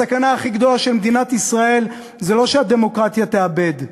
הסכנה הכי גדולה של מדינת ישראל היא לא שהדמוקרטיה תאבד,